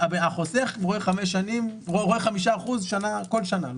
החוסך רואה 5% כל שנה.